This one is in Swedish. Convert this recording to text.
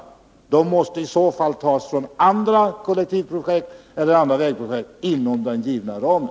Jo, de måste i så fall tas från andra kollektivtrafikprojekt eller vägprojekt inom den givna ramen.